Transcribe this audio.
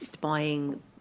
buying